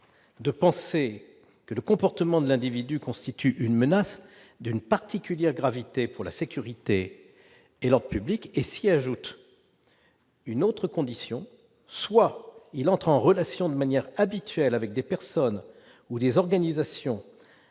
de penser que le comportement de l'individu, constitue une menace d'une particulière gravité pour la sécurité et leur public et si, ajoute une autre condition soit il entre en relation, de manière habituelle avec des personnes ou des organisations